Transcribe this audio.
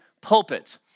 pulpit